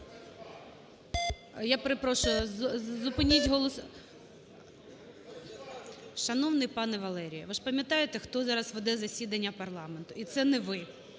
Я перепрошую, зупиніть голосування. (Шум у залі) Шановний пане Валерію, ви ж пам'ятаєте, хто зараз веде засідання парламенту. І це не ви.